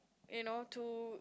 you know to